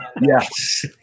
yes